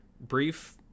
brief